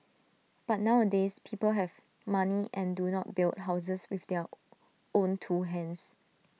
but nowadays people have money and do not build houses with their own two hands